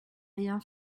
rien